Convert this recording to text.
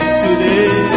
today